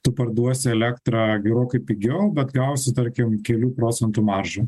tu parduosi elektrą gerokai pigiau bet gausi tarkim kelių procentų maržą